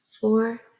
four